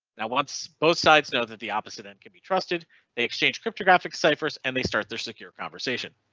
now wants both sides know that the opposite end can be trusted they exchange cryptographic ciphers and they start their secure conversation.